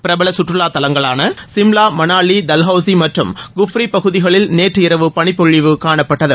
பிரபல கற்றலா தலங்களான சிம்லா மணாலி தல்ஹவுசி மற்றம் குஃப்ரி பகுதிகளில் நேற்று இரவு பளிப்பொழிவு காணப்பட்டது